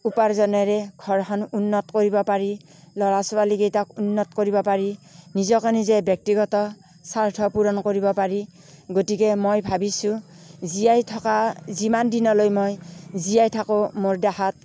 উপাৰ্জনেৰে ঘৰখন উন্নত কৰিব পাৰি ল'ৰা ছোৱালীকেইটাক উন্নত কৰিব পাৰি নিজকে নিজে ব্যক্তিগত স্বাৰ্থ পূৰণ কৰিব পাৰি গতিকে মই ভাবিছোঁ জীয়াই থকা যিমান দিনলৈ মই জীয়াই থাকোঁ মোৰ দেহত